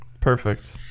Perfect